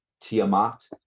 tiamat